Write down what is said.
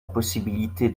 possibilité